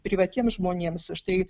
privatiems žmonėms štai